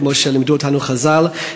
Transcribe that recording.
לימדו אותנו חז"ל,